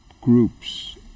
groups